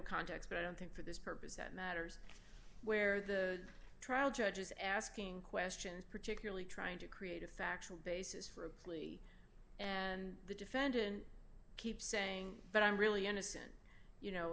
context but i don't think for this purpose that matters where the trial judge is asking questions particularly trying to create a factual basis for a plea and the defendant keeps saying that i'm really innocent you know